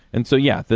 and so, yeah,